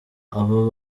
abo